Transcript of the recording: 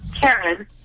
Karen